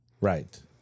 Right